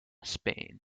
spain